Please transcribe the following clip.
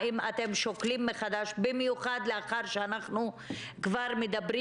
האם אתם שוקלים מחדש במיוחד לאחר שאנחנו כבר מדברים